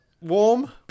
warm